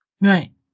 right